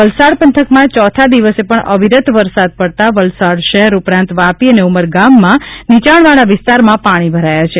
વલસાડ પંથકમાં ચોથા દિવસે પણ અવિરત વરસાદ પડતા વલસાડ શહેર ઉપરાંત વાપી અને ઉમરગામમાં નિચાણવાળા વિસ્તારમાં પાણી ભરાયા છે